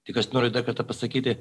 tik aš noriu dar kartą pasakyti